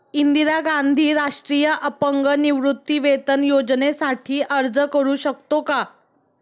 इंदिरा गांधी राष्ट्रीय अपंग निवृत्तीवेतन योजनेसाठी अर्ज करू शकतो का?